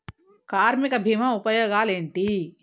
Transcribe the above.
కార్మిక బీమా ఉపయోగాలేంటి?